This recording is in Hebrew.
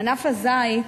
ענף הזית,